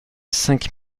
cinq